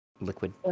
liquid